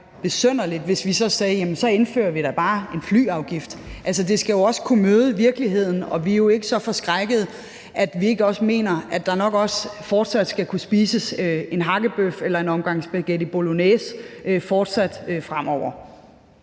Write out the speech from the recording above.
besynderligt, hvis vi så sagde: Jamen så indfører vi da bare en flyafgift. Altså, det skal jo også kunne møde virkeligheden, og vi er jo ikke så forskrækkede, at vi ikke også mener, at der fortsat nok skal kunne spises en hakkebøf eller en omgang spaghetti bolognese fremover.